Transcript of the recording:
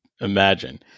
imagine